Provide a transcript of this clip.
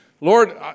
Lord